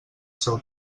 seu